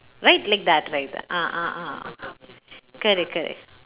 right like that right ah ah ah correct correct